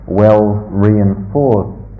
well-reinforced